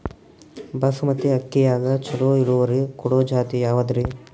ಬಾಸಮತಿ ಅಕ್ಕಿಯಾಗ ಚಲೋ ಇಳುವರಿ ಕೊಡೊ ಜಾತಿ ಯಾವಾದ್ರಿ?